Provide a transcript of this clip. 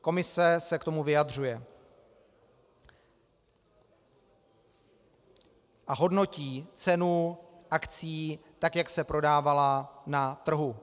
Komise se k tomu vyjadřuje a hodnotí cenu akcií tak, jak se prodávala na trhu.